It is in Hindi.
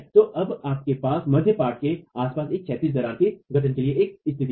तो आपके पास मध्य पाट के आसपास एक क्षैतिज दरार के गठन के लिए एक स्थिति है